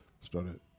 started